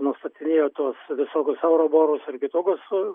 nustatinėjo tuos visokius euroborus ir kitokius